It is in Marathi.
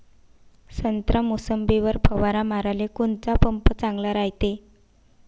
संत्रा, मोसंबीवर फवारा माराले कोनचा पंप चांगला रायते?